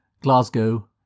Glasgow